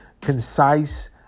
concise